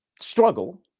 struggle